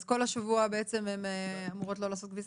אז כל השבוע בעצם הן אמורות לא לעשות כביסה?